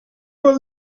vol